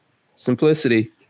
simplicity